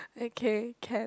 okay can